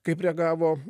kaip reagavo